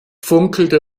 funkelte